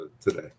today